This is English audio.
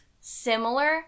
similar